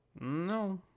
No